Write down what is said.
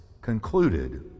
concluded